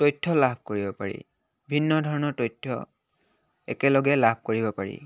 তথ্য লাভ কৰিব পাৰি ভিন্ন ধৰণৰ তথ্য একেলগে লাভ কৰিব পাৰি